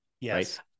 Yes